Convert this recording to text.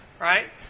right